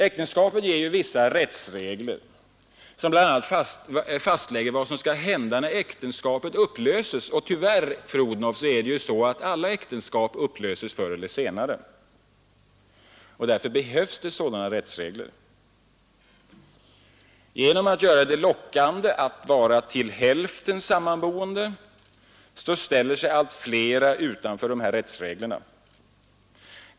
Äktenskapet ger vissa rättsregler som bl.a. fastlägger vad som skall hända när äktenskapet upplöses. Tyvärr är det ju så, fru Odhnoff, att alla äktenskap upplöses förr eller senare, och därför behövs sådana rättsregler. Genom att göra det lockande att vara till hälften sammanboende åstadkommer man att allt flera äller sig utanför dessa rättsregler.